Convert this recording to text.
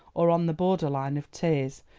or on the border line of tears,